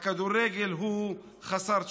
הכדורגל הוא חסר תשוקה.